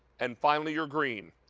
and finally your green.